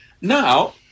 Now